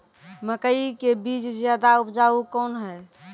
मकई के बीज ज्यादा उपजाऊ कौन है?